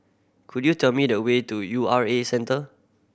could you tell me the way to U R A Centre